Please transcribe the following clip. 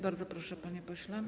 Bardzo proszę, panie pośle.